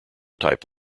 type